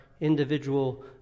individual